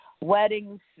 weddings